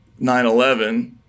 9-11